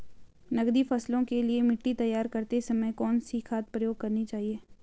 नकदी फसलों के लिए मिट्टी तैयार करते समय कौन सी खाद प्रयोग करनी चाहिए?